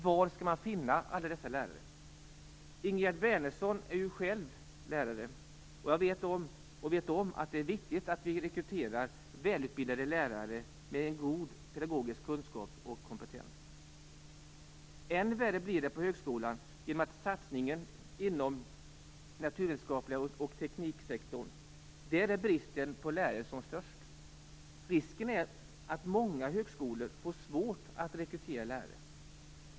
Var skall man finna alla dessa lärare? Ingegerd Wärnersson är själv lärare och vet om att det är viktigt att vi rekryterar välutbildade lärare med en god pedagogisk kunskap och kompetens. Än värre blir det på högskolan, eftersom satsningen sker inom den naturvetenskapliga och tekniska sektorn. Där är bristen på lärare som störst. Risken är att många högskolor får svårt att rekrytera lärare.